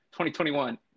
2021